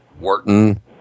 Wharton